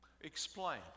explain